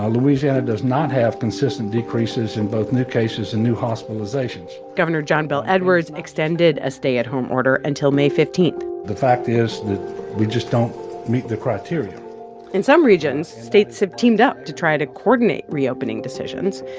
ah louisiana does not have consistent decreases in both new cases and new hospitalizations. gov. and john bel edwards extended a stay-at-home order until may fifteen point the fact is that we just don't meet the criteria in some regions, states have teamed up to try to coordinate reopening decisions.